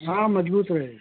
हाँ मज़बूत रहेगी